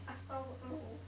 after work lor